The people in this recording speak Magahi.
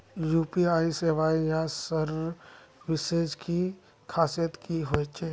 यु.पी.आई सेवाएँ या सर्विसेज की खासियत की होचे?